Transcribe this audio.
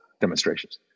demonstrations